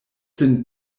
sin